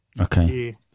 Okay